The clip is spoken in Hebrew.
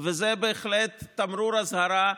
וזה בהחלט תמרור אזהרה.